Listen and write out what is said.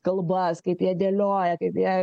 kalbas kaip jie dėlioja kaip jie